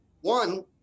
One